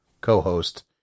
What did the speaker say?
co-host